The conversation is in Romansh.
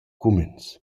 cumüns